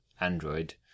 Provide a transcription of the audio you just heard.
Android